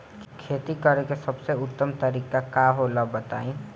खेती करे के सबसे उत्तम तरीका का होला बताई?